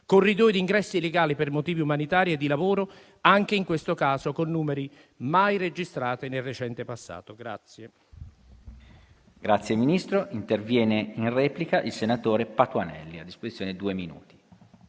corridoi di ingressi legali per motivi umanitari e di lavoro, anche in questo caso con numeri mai registrati nel recente passato.